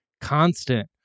constant